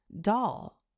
doll